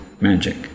magic